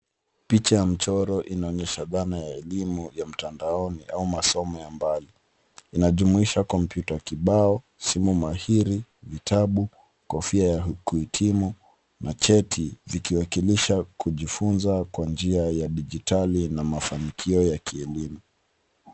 Picha ya mchoro inaonyesha dhana ya elimu ya mtandaoini au masomo ya mbali, inajumuisha kompyuta ya kibao, simu mahiri, kitabu , kofia ya kuhitimu na cheti vikiwakilisha kujifunza kwa njia ya kidijitali na mafunikio ya kielimu.